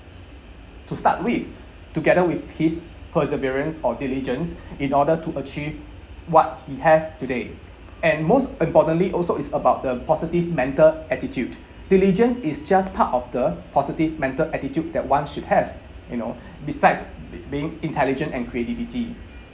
to start with together with his perseverance or diligence in order to achieve what we have today and most importantly also is about the positive mental attitude diligence is just part of the positive mental attitude that one should have you know besides being intelligent and creativity